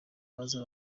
baza